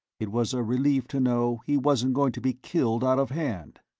it was a relief to know he wasn't going to be killed out of hand.